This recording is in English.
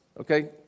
Okay